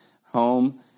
home